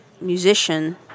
musician